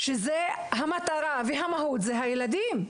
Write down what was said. המטרה והמהות יהיו הילדים.